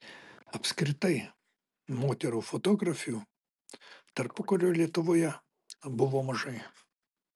apskritai moterų fotografių tarpukario lietuvoje buvo mažai